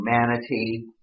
humanity